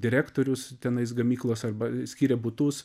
direktorius tenais gamyklos arba skyria butus